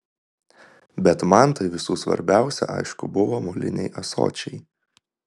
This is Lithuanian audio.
bet man tai visų svarbiausia aišku buvo moliniai ąsočiai